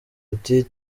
ati